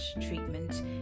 treatment